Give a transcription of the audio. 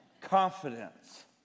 Confidence